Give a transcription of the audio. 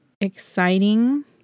exciting